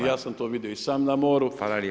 Ja sam to vidio i sam na moru.